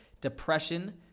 depression